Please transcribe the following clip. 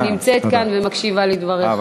שנמצאת כאן ומקשיבה לדבריך.